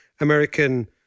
American